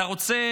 אתה רוצה